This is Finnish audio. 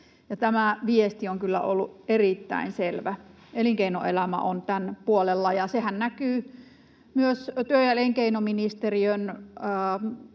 Tämä viesti on kyllä ollut erittäin selvä. Elinkeinoelämä on tämän puolella, ja sehän näkyy myös työ- ja elinkeinoministeriön